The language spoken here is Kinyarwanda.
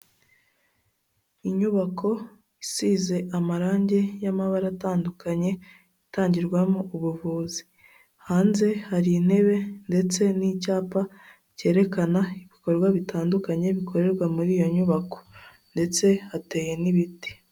Inyubako isize amarange y'amabara atandukanye itangirwamo ubuvuzi, hanze hari intebe ndetse n'icyapa cyerekana ibikorwa bitandukanye, bikorerwa muri iyo nyubako ndetse hateye n'ibiti.